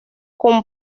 con